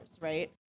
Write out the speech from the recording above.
right